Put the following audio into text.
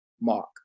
mark